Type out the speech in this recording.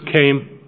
came